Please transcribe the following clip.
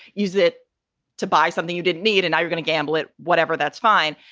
use it to buy something you didn't need and you're gonna gamble it whatever, that's fine.